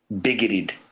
bigoted